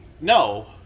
no